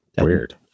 weird